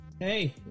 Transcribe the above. hey